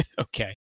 Okay